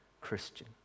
Christian